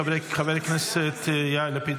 חבר הכנסת יאיר לפיד,